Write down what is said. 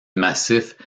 massif